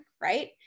right